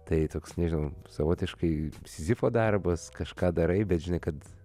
tai toks nežinau savotiškai sizifo darbas kažką darai bet žinai kad